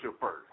first